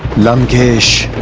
lankesh,